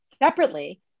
separately